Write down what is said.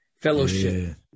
Fellowship